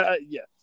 Yes